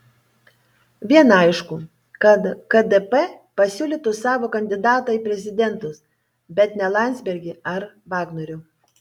viena aišku kad kdp pasiūlytų savo kandidatą į prezidentus bet ne landsbergį ar vagnorių